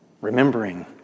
remembering